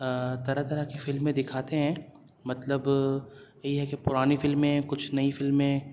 طرح طرح کی فلمیں دکھاتے ہیں مطلب یہ ہے کہ پرانی فلمیں کچھ نئی فلمیں